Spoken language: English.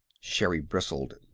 sherri bristled.